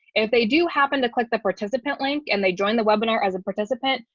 if they do happen to click the participant link and they join the webinar as a participant,